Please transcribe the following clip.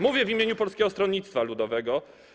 Mówię w imieniu Polskiego Stronnictwa Ludowego.